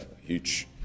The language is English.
huge